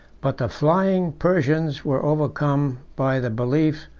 but the flying persians were overcome by the belief,